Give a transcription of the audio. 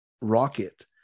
rocket